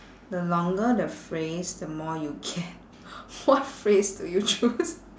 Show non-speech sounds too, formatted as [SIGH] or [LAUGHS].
the longer the phrase the more you get what phrase do you choose [LAUGHS]